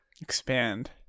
Expand